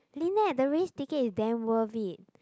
Lynette the race ticket is damn worth it